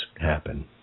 happen